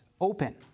open